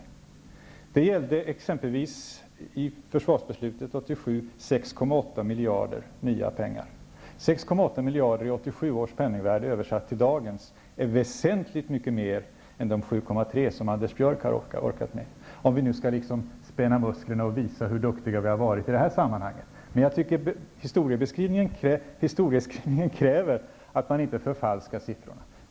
I försvarsbeslutet 1987 gällde det exemplvis 6,8 miljarder i nya pengar. 6,8 miljarder i 1987 års penningvärde är översatt till dagens väsentligt mycket mer än de 7,3 miljarder som Anders Björck har orkat med, om vi nu skall spänna musklerna och visa hur duktiga vi har varit i detta sammanhang. Historieskrivningen kräver att man inte förfalskar siffrorna.